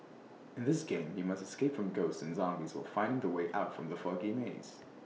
in this game you must escape from ghosts and zombies while finding the way out from the foggy maze